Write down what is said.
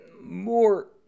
more